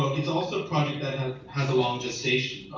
it's also a project that has a long gestation.